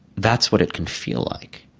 that's what it can feel like.